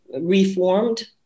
reformed